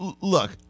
look